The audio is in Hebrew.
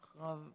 ואחריו,